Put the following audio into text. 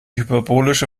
hyperbolische